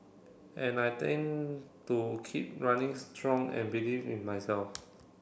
and I tend to keep running strong and believe in myself